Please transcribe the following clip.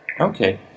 Okay